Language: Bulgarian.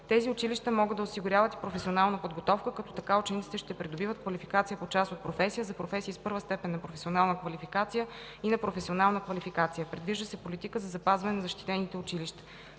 Тези училища могат да осигуряват и професионална подготовка, като така учениците ще придобиват квалификация по част от професия, а за професии с I-a степен на професионална квалификация – и на професионална квалификация. Предвижда се политика за запазване на защитените училища.